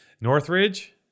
northridge